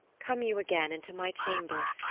come you again into my chamber.